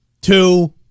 two